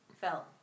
felt